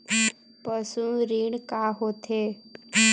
पशु ऋण का होथे?